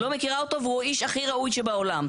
לא מכירה אותו והוא איש הכי ראוי שבעולם.